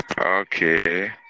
Okay